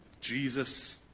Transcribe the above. jesus